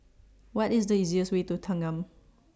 What IS The easiest Way to Thanggam